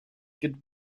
good